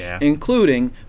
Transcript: Including